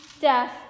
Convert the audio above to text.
death